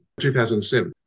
2007